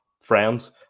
friends